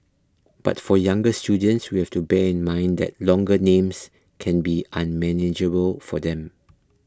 but for younger students we have to bear in mind that longer names can be unmanageable for them